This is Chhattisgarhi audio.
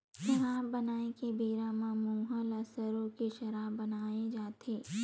सराब बनाए के बेरा म मउहा ल सरो के सराब बनाए जाथे